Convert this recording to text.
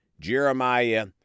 Jeremiah